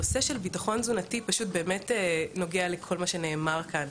הנושא של ביטחון תזונתי באמת נוגע לכל מה שנאמר כאן.